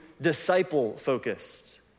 disciple-focused